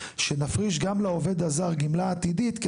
שנפריש גם לעובד הזר גמלה עתידית,